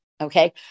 Okay